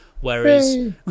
whereas